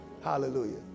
Hallelujah